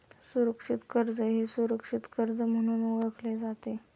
सुरक्षित कर्ज हे सुरक्षित कर्ज म्हणून ओळखले जाते